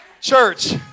church